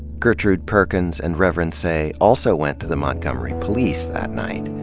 gertrude perkins and reverend seay also went to the montgomery police that night.